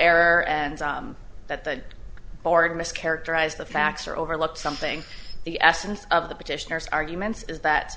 error and that the board mischaracterized the facts or overlooked something the essence of the petitioners arguments is that